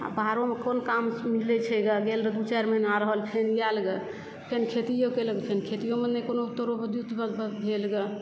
आ बाहरो मे क़ोन काम मिलै छै ग गेल रहौं दू चारि महिना रहलखिन इएह साल ग फेन खेतियों केलक अखन खेतियों मे नहि कोनो तरह दूत भेल ग